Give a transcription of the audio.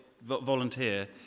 volunteer